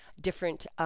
different